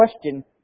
question